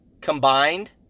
combined